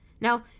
Now